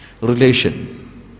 Relation